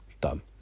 done